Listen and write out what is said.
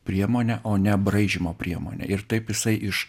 priemone o ne braižymo priemone ir taip jisai iš